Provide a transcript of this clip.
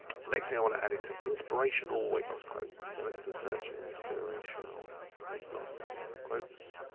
so next thing i wanna add is some inspirational weight loss quotes. so let's do a search inspirational weight loss quotes.